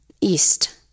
east